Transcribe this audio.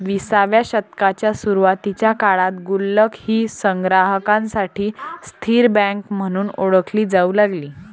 विसाव्या शतकाच्या सुरुवातीच्या काळात गुल्लक ही संग्राहकांसाठी स्थिर बँक म्हणून ओळखली जाऊ लागली